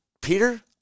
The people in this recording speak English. Peter